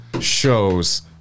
shows